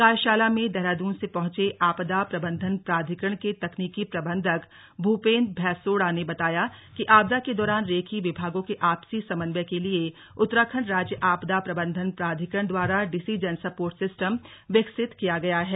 कार्यशाला में देहरादून से पहुंचे आपदा प्रबन्धन प्राधिकरण के तकनीकि प्रबन्धक भूपेन्द्र भैसोड़ा ने बताया कि आपदा के दौरान रेखीय विभागों के आपसी समन्वय के लिए उत्तराखण्ड राज्य आपदा प्रबन्धन प्राधिकरण द्वारा डिसीजन सर्पोट सिस्टम विकसित किया गया है